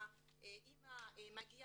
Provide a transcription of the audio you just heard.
האימא עולה